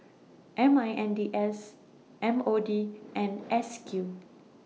M I N D S M O D and S Q